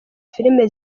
filime